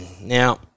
Now